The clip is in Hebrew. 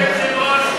אדוני היושב-ראש,